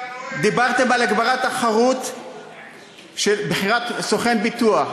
דיברתם על הגברת התחרות בבחירת סוכן ביטוח.